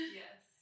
yes